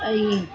ऐं